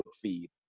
feed